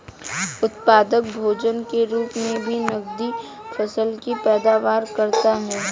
उत्पादक भोजन के रूप मे भी नकदी फसल की पैदावार करता है